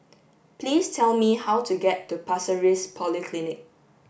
please tell me how to get to Pasir Ris Polyclinic